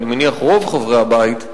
אני מניח רוב חברי הבית,